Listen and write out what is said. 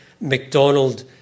Macdonald